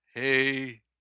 Hey